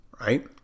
right